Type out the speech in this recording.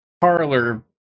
parlor